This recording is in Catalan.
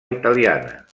italiana